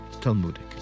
Talmudic. ¶¶